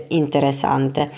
interessante